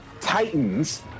Titans